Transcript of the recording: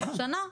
שנה,